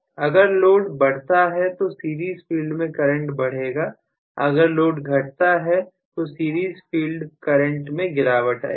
अगर लोड बढ़ता है तो सीरीज फील्ड में करंट बढ़ेगा अगर लोड घटता है तो सीरीज फील्ड करंट में गिरावट आएगी